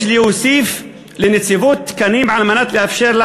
יש להוסיף לנציבות תקנים על מנת לאפשר לה